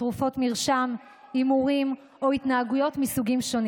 כל מה שאמרת עכשיו הוא פשוט הכפשה אחת.